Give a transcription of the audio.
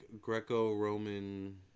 Greco-Roman